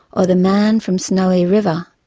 or the man from snowy river.